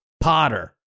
Potter